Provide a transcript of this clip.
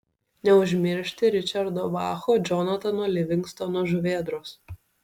neužmiršti ričardo bacho džonatano livingstono žuvėdros